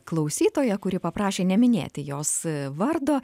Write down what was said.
klausytoja kuri paprašė neminėti jos vardo